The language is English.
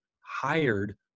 hired